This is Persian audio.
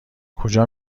کجا